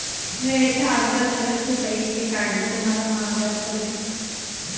वेळेच्या अगोदर एफ.डी पैसे काढणे तुम्हाला महागात पडू शकते